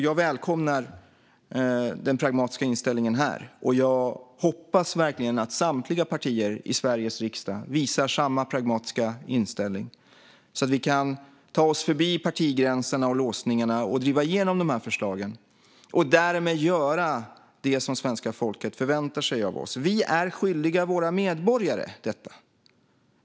Jag välkomnar den pragmatiska inställningen här, och jag hoppas verkligen att samtliga partier i Sveriges riksdag visar samma pragmatiska inställning så att vi kan ta oss förbi partigränserna och låsningarna och driva igenom förslagen. Därmed gör vi det som svenska folket förväntar sig av oss. Vi är skyldiga våra medborgare detta.